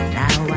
now